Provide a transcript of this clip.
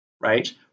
right